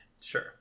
Sure